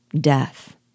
death